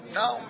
no